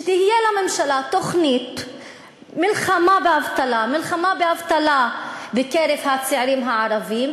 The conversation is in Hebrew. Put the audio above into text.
שתהיה לממשלה תוכנית מלחמה באבטלה בקרב הצעירים הערבים,